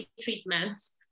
treatments